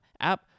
app